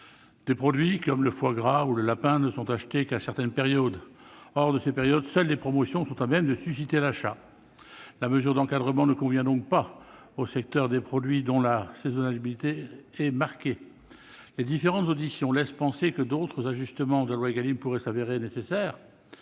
Des produits comme le foie gras ou le lapin ne sont achetés qu'à certaines périodes. Hors celles-ci, seules les promotions sont à même de susciter l'achat. La mesure d'encadrement ne convient donc pas aux secteurs à saisonnalité marquée. Les différentes auditions laissent penser que d'autres ajustements de la loi Égalim pourraient s'avérer nécessaires.